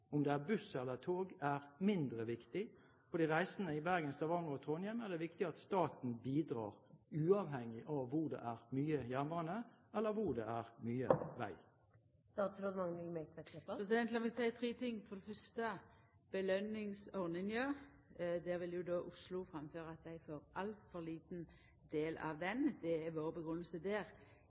Om det er buss eller tog, er mindre viktig. For de reisende i Bergen, Stavanger og Trondheim er det viktig at staten bidrar, uavhengig av hvor det er mye jernbane, eller hvor det er mye vei. Lat meg seia tre ting. For det fyrste, når det gjeld belønningsordninga, vil Oslo framføra at dei får altfor liten del av ho. Grunngjevinga der er